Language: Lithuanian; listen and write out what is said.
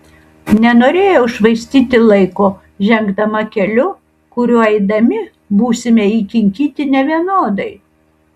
nenorėjau švaistyti laiko žengdama keliu kuriuo eidami būsime įkinkyti nevienodai